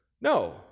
No